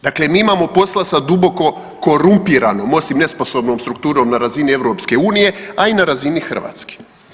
Dakle mi imamo posla sa duboko korumpiranom, osim nesposobnom strukturom na razini EU, a i na razini Hrvatske.